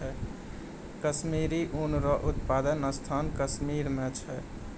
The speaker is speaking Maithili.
कश्मीरी ऊन रो उप्तादन स्थान कश्मीर मे छै